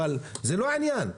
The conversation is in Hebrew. אבל זה לא העניין.